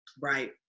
Right